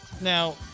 Now